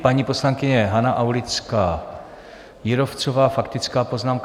Pana poslankyně Hana Aulická Jírovcová, faktická poznámka.